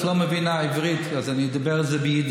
את לא מבינה עברית, אז אני אדבר על זה ביידיש.